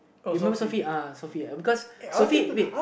you remember SophieuhSophie because Sophie wait